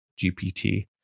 GPT